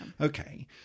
Okay